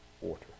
water